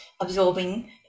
absorbing